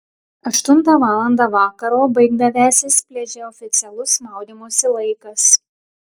aštuntą valandą vakaro baigdavęsis pliaže oficialus maudymosi laikas